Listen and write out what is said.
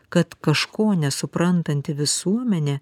kad kažko nesuprantanti visuomenė